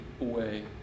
away